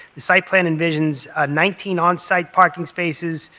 the site plan envisions nineteen on-site parking spaces.